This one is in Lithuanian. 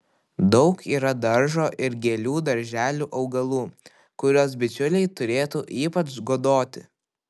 daug yra daržo ir gėlių darželių augalų kuriuos bičiuliai turėtų ypač godoti